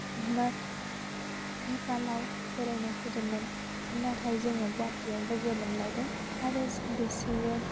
नेपालाव बेरायनो फैदोंमोन नाथाय जोङो गवाटियाव लोगो मोनलायदों आरो बेसोरो